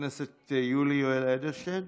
חבר הכנסת יולי יואל אדלשטיין,